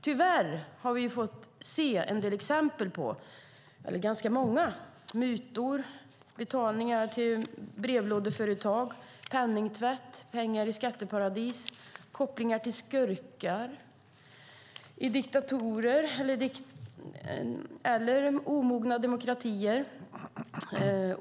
Tyvärr har vi fått se ganska många exempel på mutor, betalningar till brevlådeföretag, penningtvätt, pengar i skatteparadis och kopplingar till skurkar i diktaturer eller i omogna demokratier.